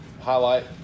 highlight